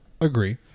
agree